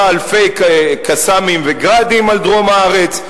אלפי "קסאמים" ו"גראדים" על דרום הארץ,